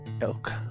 elk